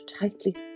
tightly